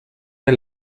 der